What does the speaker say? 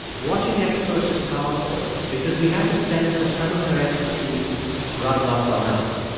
watching experts is powerful because we have the sense that some of their expertise rubs off on us.